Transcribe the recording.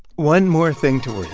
one more thing to